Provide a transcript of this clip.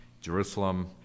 Jerusalem